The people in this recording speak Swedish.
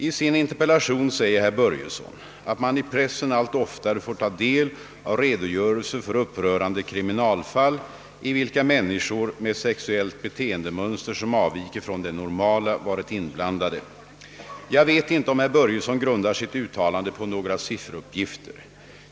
I sin interpellation säger herr Börjesson, att man i pressen allt oftare får ta del av redogörelser för upprörande kriminalfall, i vilka människor med sexuellt beteendemönster som avviker från det normala varit inblandade. Jag vet inte om herr Börjesson grundar sitt uttalande på några sifferuppgifter.